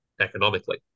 economically